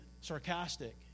sarcastic